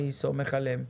אני סומך עליהם.